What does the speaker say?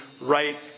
right